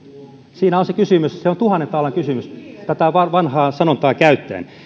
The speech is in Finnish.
siinä on se kysymys se on tuhannen taalan kysymys tätä vanhaa sanontaa käyttäen